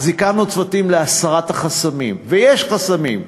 אז הקמנו צוותים להסרת החסמים, ויש חסמים.